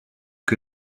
que